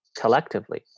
collectively